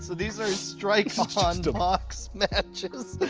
these are strike-on-box matches.